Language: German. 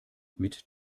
mit